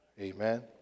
amen